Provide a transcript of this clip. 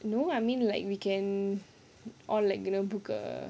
no I mean like we can all like